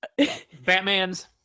batmans